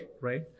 right